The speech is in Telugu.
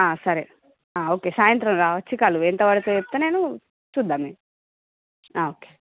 సరే ఓకే సాయంత్రం రా వచ్చి కలువు ఎంత వరకూ చెప్తే నేను చూద్దాము ఓకే